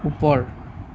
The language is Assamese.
ওপৰ